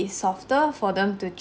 it's softer for them to ch~